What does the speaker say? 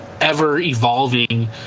ever-evolving